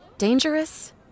Dangerous